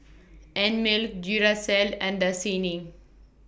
Einmilk Duracell and Dasani